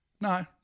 No